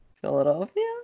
Philadelphia